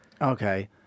Okay